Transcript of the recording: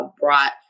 brought